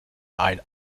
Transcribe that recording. allen